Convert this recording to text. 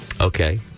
Okay